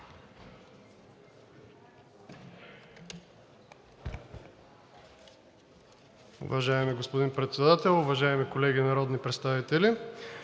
Уважаеми господин Председател, уважаеми колеги народни представители!